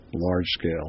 large-scale